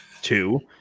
Two